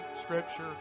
scripture